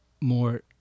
more